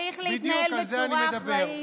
בדיוק על זה אני מדבר.